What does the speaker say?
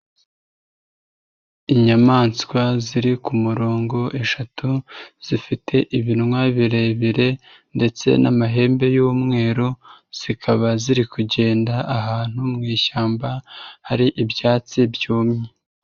Inyamaswa ziri ku murongo eshatu, zifite ibinwa birebire ndetse n'amahembe y'umweru, zikaba ziri kugenda ahantu mu ishyamba hari ibyatsi byumye.